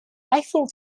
eiffel